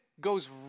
goes